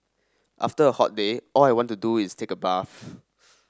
after a hot day all I want to do is take a bath